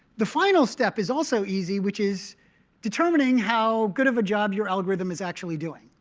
the final step is also easy, which is determining how good of a job your algorithm is actually doing,